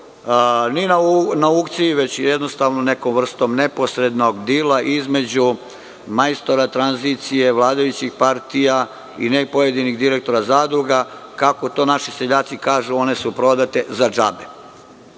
ni na aukciji, već jednostavno nekom vrstom neposrednog dila između majstora tranzicije, vladajućih partija i ne pojedinih direktora zadruga, kako to naši seljaci kažu – one su prodate za džabe. Ja